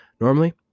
normally